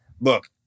look